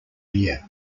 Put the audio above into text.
year